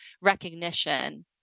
recognition